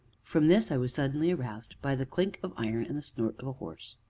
from this i was suddenly aroused by the clink of iron and the snort of a horse.